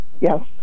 Yes